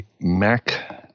Mac